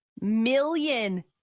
million